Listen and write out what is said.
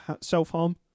self-harm